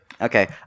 Okay